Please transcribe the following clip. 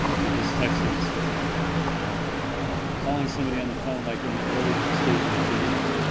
because texting is so prominent and calling somebody on the phone like in their early stages of dating,